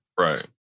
Right